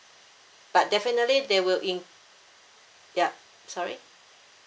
but definitely they will in~ yup sorry